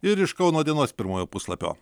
ir iš kauno dienos pirmojo puslapio